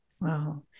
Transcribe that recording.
Wow